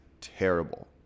terrible